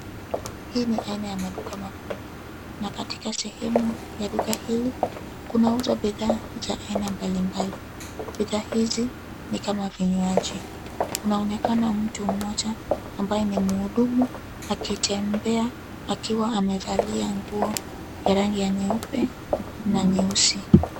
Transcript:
Hii ni aina ya maduka makubwa, na katika sehemu ya duka hili, kunauzwa bidhaa za aina mbalimbali. Bidhaa hizi, ni kama vinywaji. Kunaonekana mtu mmoja, ambaye ni mhudumu, akitembea, akiwa amevalia nguo, ya rangi ya nyeupe, na nyeusi.